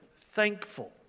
thankful